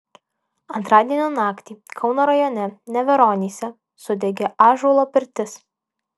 antradienio naktį kauno rajone neveronyse sudegė ąžuolo pirtis